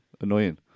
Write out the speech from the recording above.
annoying